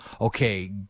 okay